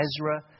Ezra